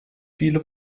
viele